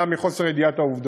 זה היה מחוסר ידיעת העובדות.